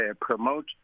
promote